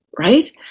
right